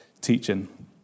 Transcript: teaching